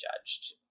judged